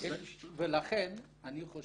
לכן אני חושב,